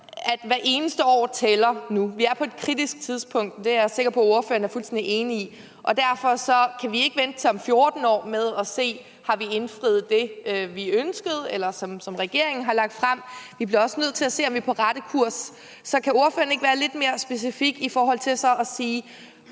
at hvert eneste år tæller nu. Vi er på et kritisk tidspunkt, og det er jeg også sikker på at ordføreren er fuldstændig enig i, og derfor kan vi ikke vente til om 14 år med at se, om vi har indfriet det, vi ønskede, eller det, som regeringen har lagt frem. Vi bliver også nødt til at se, om vi er på rette kurs. Så kan ordføreren ikke være lidt mere specifik i forhold til at sige,